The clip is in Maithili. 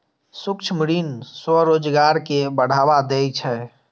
सूक्ष्म ऋण स्वरोजगार कें बढ़ावा दै छै